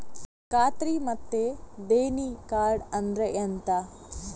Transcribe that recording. ಖಾತ್ರಿ ಮತ್ತೆ ದೇಣಿ ಕಾರ್ಡ್ ಅಂದ್ರೆ ಎಂತ?